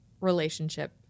relationship